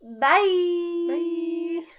Bye